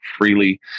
freely